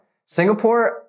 Singapore